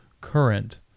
current